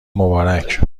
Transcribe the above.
مبارک